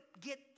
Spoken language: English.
get